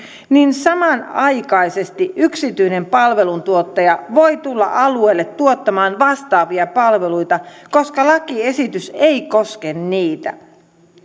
niin samanaikaisesti yksityinen palveluntuottaja voi tulla alueelle tuottamaan vastaavia palveluita koska lakiesitys ei koske niitä